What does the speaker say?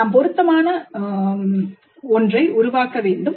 நாம் பொருத்தமான அளவுகோல்களை உருவாக்க வேண்டும்